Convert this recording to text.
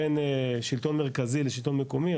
בין שלטון מרכזי לשלטון מקומי,